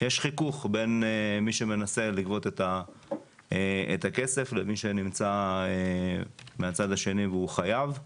יש חיכוך בין מי שמנסה לגבות את הכסף למי שנמצא מהצד השני והוא חייב.